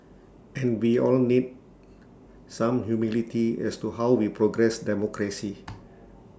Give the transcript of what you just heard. and we all need some humility as to how we progress democracy